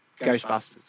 Ghostbusters